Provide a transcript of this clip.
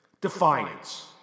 Defiance